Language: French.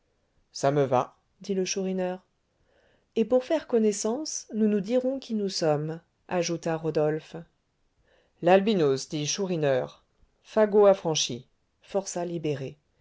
ça me va dit le chourineur et pour faire connaissance nous nous dirons qui nous sommes ajouta rodolphe l'albinos dit chourineur fagot affranchi forçat libéré